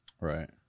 Right